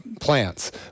plants